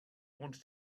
wanted